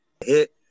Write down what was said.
Hit